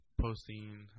posting